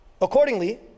Accordingly